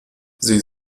sie